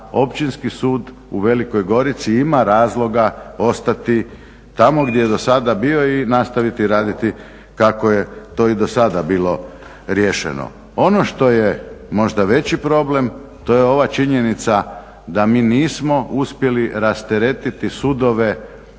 Općinski sud u Velikoj Gorici ima razloga ostati tamo gdje je do sada bio i nastaviti raditi kako je to i do sada bilo riješeno. Ono što je možda veći problem, to je ova činjenica da mi nismo uspjeli rasteretiti sudove